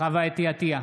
חוה אתי עטייה,